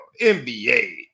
NBA